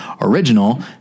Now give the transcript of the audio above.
original